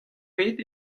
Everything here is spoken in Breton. bet